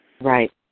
Right